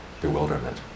bewilderment